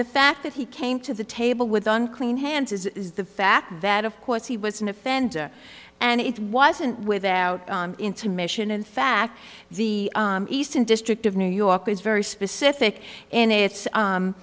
the fact that he came to the table with unclean hands is the fact that of course he was an offender and it wasn't without intermission in fact the eastern district of new york is very specific and it's